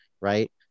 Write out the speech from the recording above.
Right